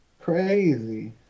Crazy